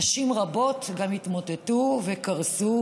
נשים רבות גם התמוטטו וקרסו,